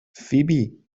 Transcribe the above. فیبی